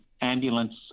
ambulance